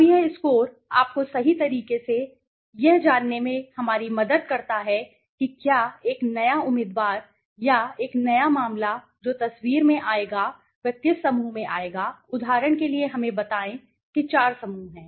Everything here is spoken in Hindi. अब यह स्कोर आपको सही तरीके से यह जानने में हमारी मदद करता है कि क्या एक नया उम्मीदवार या एक नया मामला जो तस्वीर में आएगा वह किस समूह में आएगा उदाहरण के लिए हमें बताएं कि 4 समूह हैं